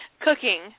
Cooking